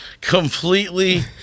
completely